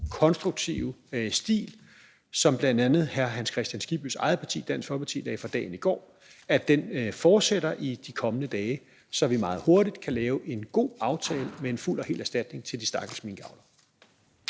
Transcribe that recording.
konstruktive stil, som bl.a. hr. Hans Kristian Skibbys eget parti, Dansk Folkeparti, lagde for dagen i går, fortsætter i de kommende dage, så vi meget hurtigt kan lave en god aftale med en fuld og hel erstatning til de stakkels minkavlere.